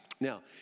Now